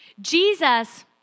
Jesus